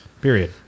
period